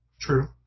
True